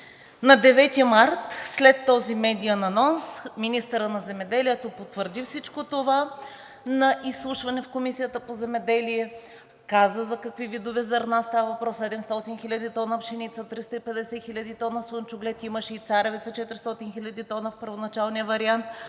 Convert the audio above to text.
На 9 март след този медиен анонс министърът на земеделието потвърди всичко това на изслушване в Комисията по земеделие, каза за какви видове зърно става въпрос – 700 хил. тона пшеница, 350 хил. тона слънчоглед, имаше и царевица 400 хил. тона в първоначалния вариант.